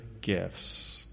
gifts